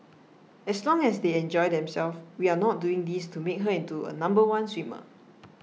as long as they enjoy themselves we are not doing this to make her into a number one swimmer